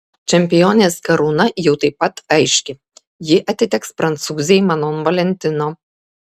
čempionės karūna jau taip pat aiški ji atiteks prancūzei manon valentino